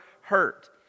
hurt